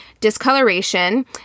discoloration